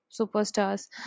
Superstars